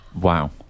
wow